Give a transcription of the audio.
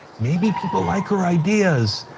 maybe people like her ideas.